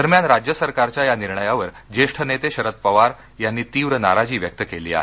दरम्यान राज्य सरकारच्या या निर्णयावर ज्येष्ठ नेते शरद पवार यांनी तीव्र नाराजी व्यक्त केली आहे